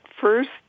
first